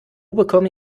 bekomme